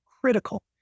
critical